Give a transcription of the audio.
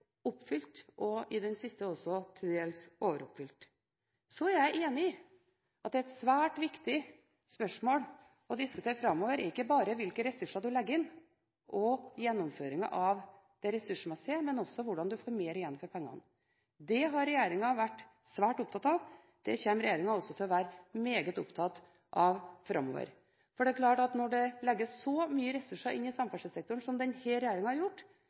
oppfylt – i den siste til dels også overoppfylt. Så er jeg enig i at det er svært viktig å diskutere framover ikke bare spørsmålet om hvilke ressurser en legger inn – og gjennomføringen av det ressursmessige – men også spørsmålet om hvordan en får mer igjen for pengene. Det har regjeringen vært svært opptatt av, og det kommer regjeringen også til å være meget opptatt av framover. Det er klart at når en legger så mye ressurser inn i samferdselssektoren som denne regjeringen har gjort,